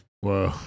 Whoa